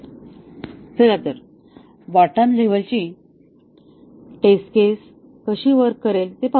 चला तर बॉटम लेव्हलची टेस्ट कशी वर्क करेल ते पाहूया